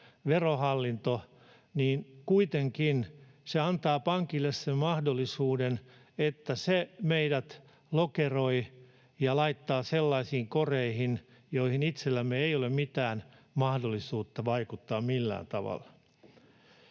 Verohallinto, niin kuitenkin se antaa pankille sen mahdollisuuden, että se meidät lokeroi ja laittaa sellaisiin koreihin, joihin itsellämme ei ole mitään mahdollisuutta vaikuttaa millään tavalla.